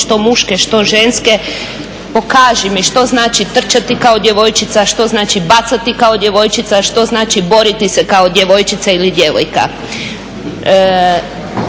što muške, što ženske. Pokaži mi što znači trčati kao djevojčica, što znači bacati kao djevojčica, što znači boriti se kao djevojčica ili djevojka.